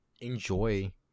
enjoy